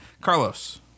Carlos